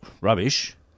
rubbish